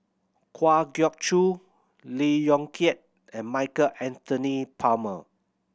Kwa Geok Choo Lee Yong Kiat and Michael Anthony Palmer